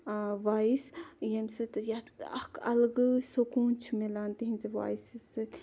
voice ییٚمہِ سۭتۍ یَتھ اَکھ اَلگٕے سکوٗن چھُ مِلان تِہنٛزِ وایِسہِ سۭتۍ